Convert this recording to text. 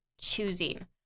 choosing